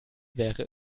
wäre